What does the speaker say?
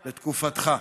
בתקופתך,